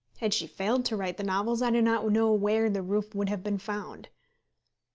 had she failed to write the novels, i do not know where the roof would have been found.